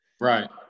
right